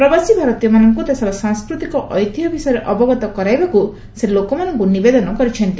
ପ୍ରବାସୀ ଭାରତୀୟମାନଙ୍କୁ ଦେଶର ସାଂସ୍କୃତିକ ଏତିହ୍ୟ ବିଷୟରେ ଅବଗତ କରାଇବାକୁ ସେ ଲୋକମାନଙ୍କୁ ନିବେଦନ କରିଛନ୍ତି